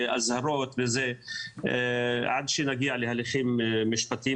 אזהרות ועוד עד שנגיע להליכים משפטיים